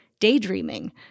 daydreaming